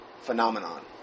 phenomenon